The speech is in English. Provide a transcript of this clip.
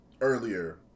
earlier